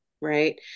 Right